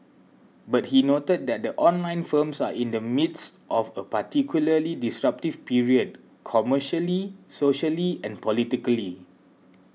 but he noted that the online firms are in the midst of a particularly disruptive period commercially socially and politically